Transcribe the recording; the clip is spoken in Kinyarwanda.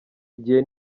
igihe